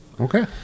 Okay